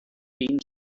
been